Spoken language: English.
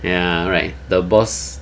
ya right the boss